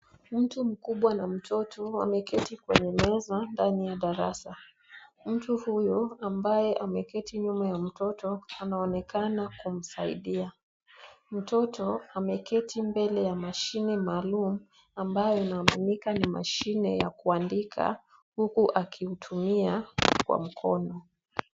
Mtu mkubwa na mtoto wameketi kwenye meza ndani ya darasa. Mtu huyu ambaye ameketi nyuma ya mtoto anaonekana kumsaidia. Mtoto ameketi mbele ya mashine maalum ambayo inaotumika ni mashine ya kuandika huku akimtumia kwa mkono.